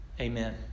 Amen